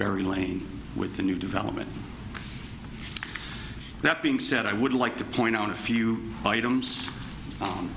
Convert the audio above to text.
very lane with the new development that being said i would like to point out a few items